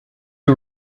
who